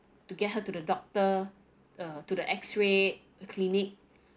to get her to the doctor uh to the x-ray clinic